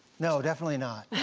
no, definitely not.